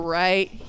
right